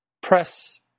press